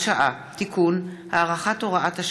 כלכלת ישראל (תיקוני חקיקה להשגת יעדי התקציב